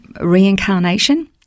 reincarnation